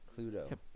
Cluedo